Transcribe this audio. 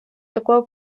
такого